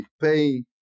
pay